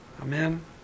Amen